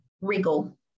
wriggle